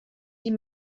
die